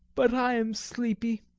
but i am sleepy!